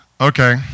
okay